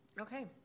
Okay